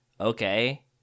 okay